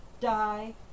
die